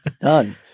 done